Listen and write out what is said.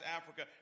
Africa